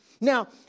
Now